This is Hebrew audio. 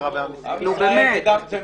נו, באמת.